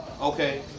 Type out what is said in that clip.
Okay